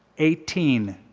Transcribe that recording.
eighteen.